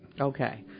Okay